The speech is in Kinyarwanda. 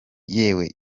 yewe